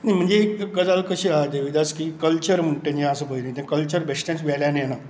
न्ही म्हणजे एक गजाल कशी आसा देविदास की कल्चर म्हणटा जें आसा पळय नी तें कल्चर बेश्टेंच वेल्यान येना